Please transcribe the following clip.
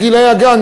גילאי הגן,